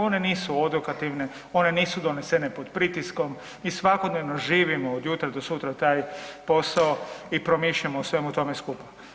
One nisu odokativne, one nisu donesene pod pritiskom i svakodnevno živimo od jutra do sutra taj posao i promišljamo o svemu tome skupa.